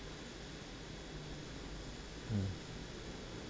hmm